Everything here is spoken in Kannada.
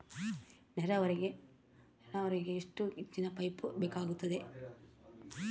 ನೇರಾವರಿಗೆ ಎಷ್ಟು ಇಂಚಿನ ಪೈಪ್ ಬೇಕಾಗುತ್ತದೆ?